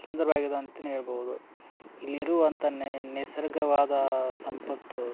ಸುಂದರವಾಗಿದೆ ಅಂತನೇ ಹೇಳ್ಬೌದು ಇಲ್ಲಿರುವಂಥ ನೆಸರ್ಗಿಕವಾದ ಸಂಪತ್ತು